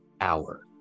hour